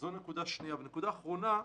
נקודה אחרונה,